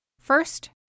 first